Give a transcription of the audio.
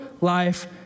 life